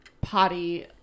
potty